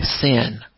sin